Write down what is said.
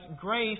grace